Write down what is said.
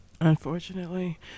Unfortunately